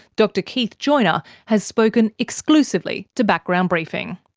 dr keith joiner, has spoken exclusively to background briefing.